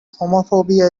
homophobia